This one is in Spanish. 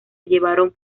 llevaron